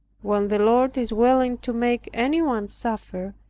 when the lord is willing to make any one suffer,